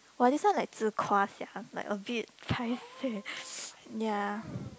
!wah! this one like 自夸 sia like a bit paiseh ya